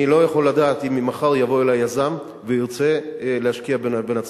אני לא יכול לדעת אם מחר יבוא אלי יזם וירצה להשקיע בנצרת.